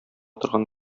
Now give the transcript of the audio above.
торган